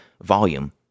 volume